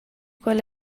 quella